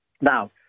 Now